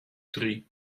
drie